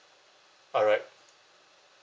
alright